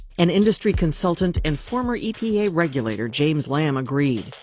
an industry consultant and former epa regulator, james lamb, agreed,